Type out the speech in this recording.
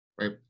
right